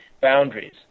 boundaries